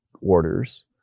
orders